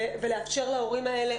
ולאפשר להורים האלה,